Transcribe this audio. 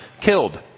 killed